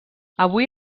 avui